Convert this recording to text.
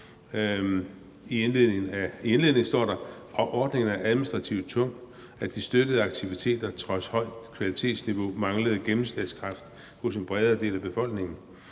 I indledningen står der, at ordningen er »administrativ tung« , og at de støttede aktiviteter trods højt kvalitetsniveau mangler gennemslagskraft hos en bredere del af befolkningen.